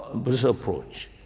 but approach.